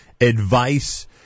advice